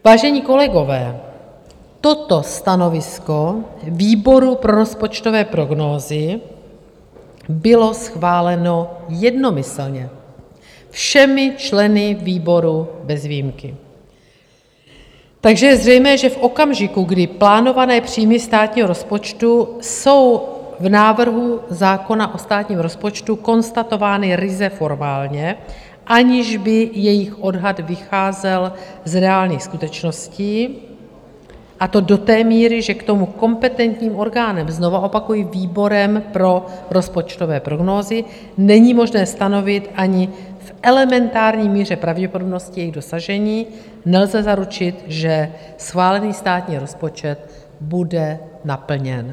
Vážení kolegové, toto stanovisko výboru pro rozpočtové prognózy bylo schváleno jednomyslně všemi členy výboru bez výjimky, takže je zřejmé, že v okamžiku, kdy plánované příjmy státního rozpočtu jsou v návrhu zákona o státním rozpočtu konstatovány ryze formálně, aniž by jejich odhad vycházel z reálných skutečností, a to do té míry, že k tomu kompetentním orgánem, znovu opakuji, výborem pro rozpočtové prognózy, není možné stanovit ani v elementární míře pravděpodobnosti jejich dosažení, nelze zaručit, že schválený státní rozpočet bude naplněn.